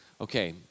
okay